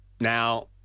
Now